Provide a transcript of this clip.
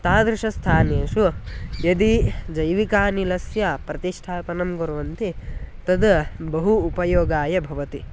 तादृशस्थानेषु यदि जैविकानिलस्य प्रतिष्ठापनं कुर्वन्ति तद् बहु उपयोगाय भवति